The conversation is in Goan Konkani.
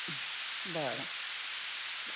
बरें ब